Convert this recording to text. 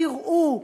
תראו,